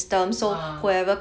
ah